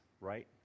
right